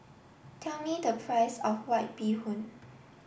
tell me the price of White Bee Hoon